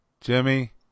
Jimmy